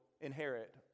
inherit